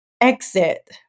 exit